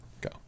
go